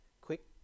quick